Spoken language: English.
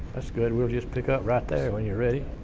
that's good. we'll just pick up right there when you're ready.